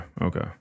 Okay